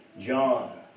John